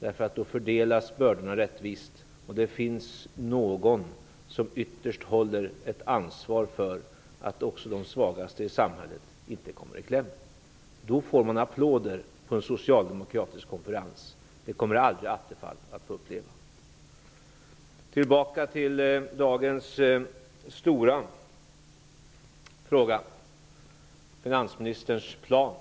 Bördorna fördelas nämligen rättvist, och det finns någon som ytterst ansvarar för att de svagaste i samhället inte kommer i kläm. Då får man applåder på en socialdemokratisk konferens, något som Stefan Attefall aldrig kommer att få uppleva. Låt mig komma tillbaka till dagens stora fråga, nämligen finansministerns plan.